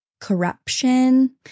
corruption